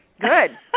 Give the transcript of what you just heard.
Good